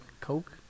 Coke